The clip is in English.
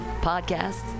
Podcasts